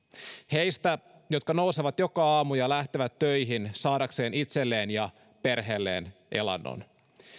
heidän jotka nousevat joka aamu ja lähtevät töihin saadakseen itselleen ja perheelleen elannon